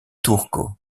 turco